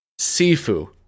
Sifu